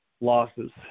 losses